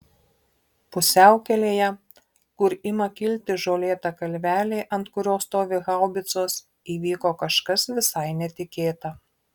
pusiaukelėje kur ima kilti žolėta kalvelė ant kurios stovi haubicos įvyko kažkas visai netikėta